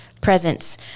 presence